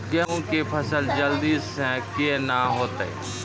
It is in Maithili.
गेहूँ के फसल जल्दी से के ना होते?